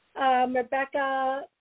Rebecca